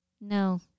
No